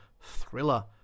thriller